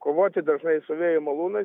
kovoti dažnai su vėjo malūnas